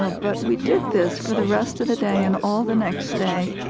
ah but we did this for the rest of the day and all the next day.